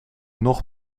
nog